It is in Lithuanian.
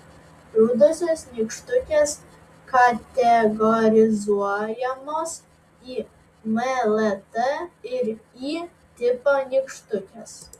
rudosios nykštukės kategorizuojamos į m l t ir y tipo nykštukes